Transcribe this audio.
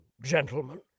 gentlemen